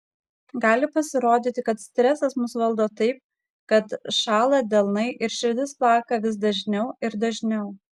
gali pasirodyti kad stresas mus valdo taip kad šąla delnai ir širdis plaka vis dažniau ir dažniau